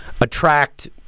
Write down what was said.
attract